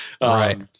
right